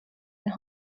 and